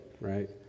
right